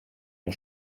der